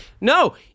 no